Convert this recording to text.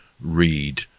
read